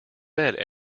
bed